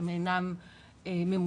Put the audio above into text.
הם אינם ממושמעים,